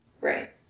Right